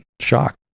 shocked